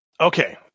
Okay